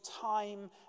time